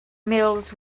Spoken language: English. mills